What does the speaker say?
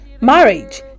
marriage